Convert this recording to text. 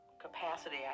capacity